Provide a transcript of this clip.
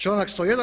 Članak 101.